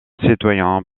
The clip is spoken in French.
citoyens